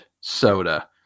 soda